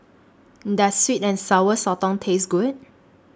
Does Sweet and Sour Sotong Taste Good